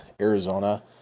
Arizona